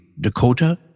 Dakota